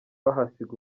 bahasiga